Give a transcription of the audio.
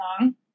long